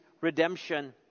redemption